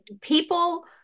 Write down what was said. People